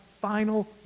final